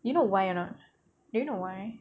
you know why or not do you know why